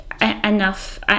Enough